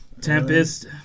Tempest